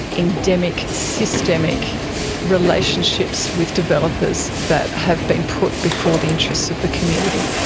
endemic, systemic relationships with developers that have been put before the interests of the community.